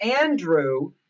Andrew